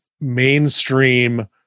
mainstream